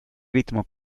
ritmo